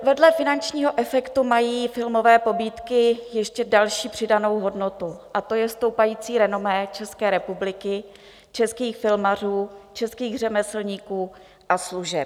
Vedle finančního efektu mají filmové pobídky ještě další přidanou hodnotu, a to je stoupající renomé České republiky, českých filmařů, českých řemeslníků a služeb.